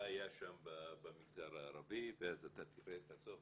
היה שם במגזר הערבי ואז אתה תראה את הסוף,